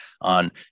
on